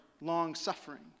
long-suffering